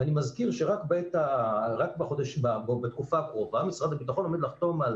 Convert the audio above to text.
אני מזכיר שרק בתקופה הקרובה משרד הביטחון עומד לחתום על